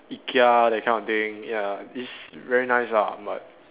Ikea that kind of thing ya it's very nice lah but